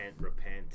repent